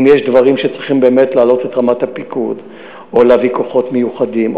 אם יש דברים שצריכים באמת להעלות את רמת הפיקוד או להביא כוחות מיוחדים,